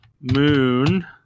Moon